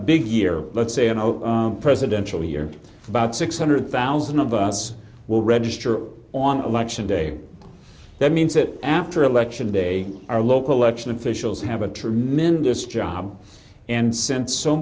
big year let's say an open presidential year about six hundred thousand of us will register on election day the it means that after election day our local election officials have a tremendous job and since so